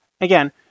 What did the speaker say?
Again